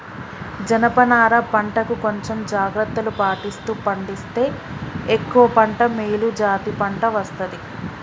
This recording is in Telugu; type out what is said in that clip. జనప నారా పంట ను కొంచెం జాగ్రత్తలు పాటిస్తూ పండిస్తే ఎక్కువ పంట మేలు జాతి పంట వస్తది